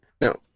No